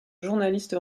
journaliste